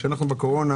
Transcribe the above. כשאנחנו בקורונה